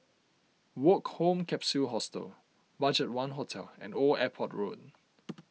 Woke Home Capsule Hostel Budgetone Hotel and Old Airport Road